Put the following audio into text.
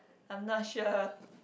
I'm not sure